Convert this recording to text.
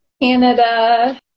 Canada